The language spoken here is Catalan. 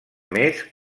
més